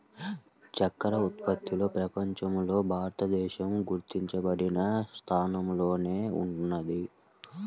చక్కర ఉత్పత్తిలో ప్రపంచంలో భారతదేశం గుర్తించదగిన స్థానంలోనే ఉన్నది